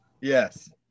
Yes